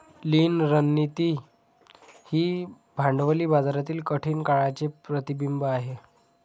लीन रणनीती ही भांडवली बाजारातील कठीण काळाचे प्रतिबिंब आहे